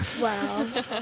Wow